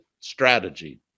strategy